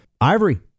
ivory